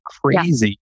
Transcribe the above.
crazy